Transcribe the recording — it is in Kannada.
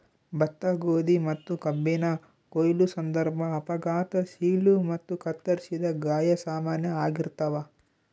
ಭತ್ತ ಗೋಧಿ ಮತ್ತುಕಬ್ಬಿನ ಕೊಯ್ಲು ಸಂದರ್ಭ ಅಪಘಾತ ಸೀಳು ಮತ್ತು ಕತ್ತರಿಸಿದ ಗಾಯ ಸಾಮಾನ್ಯ ಆಗಿರ್ತಾವ